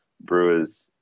brewers